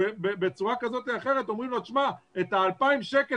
בצורה כזו או אחרת אומרים לו שאת ה-2,000 שקל